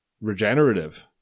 regenerative